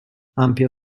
ampio